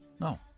No